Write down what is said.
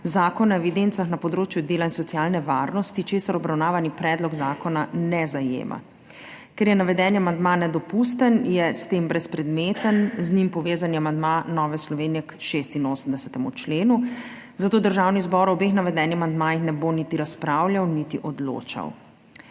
Zakona o evidencah na področju dela in socialne varnosti, česar obravnavani predlog zakona ne zajema. Ker je navedeni amandma nedopusten, je s tem brezpredmeten z njim povezani amandma Nove Slovenije k 86. členu, zato Državni zbor o obeh navedenih amandmajih ne bo niti razpravljal niti odločal.